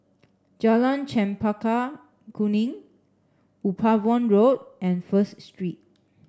Jalan Chempaka Kuning Upavon Road and First Street